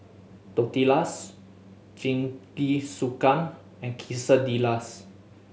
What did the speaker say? Tortillas Jingisukan and Quesadillas